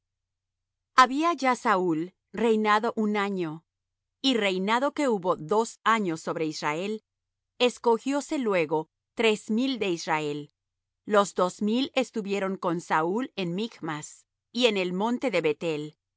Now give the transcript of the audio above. habia ya saúl reinado un año y reinado que hubo dos años sobre israel escogióse luego tres mil de israel los dos mil estuvieron con saúl en michmas y en el monte de beth-el